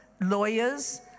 lawyers